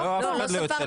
הרביזיה, סליחה.